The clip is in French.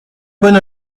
bonne